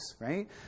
right